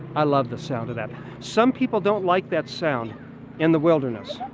i love the sound of that. some people don't like that sound in the wilderness.